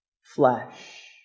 flesh